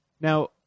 Now